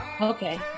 Okay